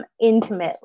intimately